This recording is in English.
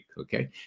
Okay